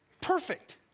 perfect